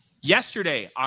Yesterday